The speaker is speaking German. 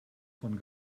von